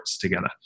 together